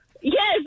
Yes